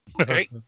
Okay